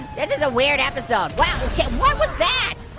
this is a weird episode. what was that?